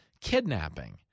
kidnapping